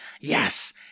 Yes